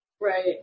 right